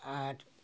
আর